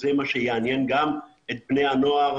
זה מה שיעניין גם את בני הנוער,